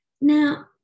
Now